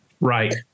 Right